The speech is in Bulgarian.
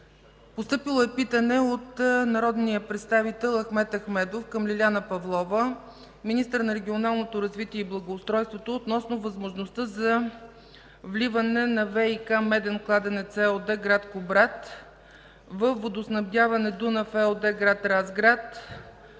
Постъпило е питане от народния представител Ахмед Ахмедов към Лиляна Павлова – министър на регионалното развитие и благоустройството, относно възможността за вливане на ВиК „Меден кладенец” ЕОД, град Кубрат, във „Водоснабдяване –Дунав” ЕОД, град Разград,